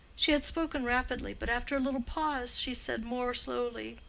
she had spoken rapidly, but after a little pause she said more slowly,